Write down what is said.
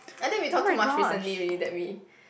I think we talk too much recently really that we